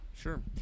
Sure